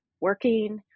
working